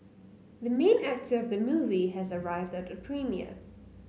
the main actor of the movie has arrived at the premiere